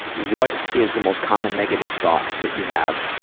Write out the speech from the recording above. what is the most common negative thought that you have?